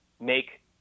make